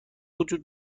وجود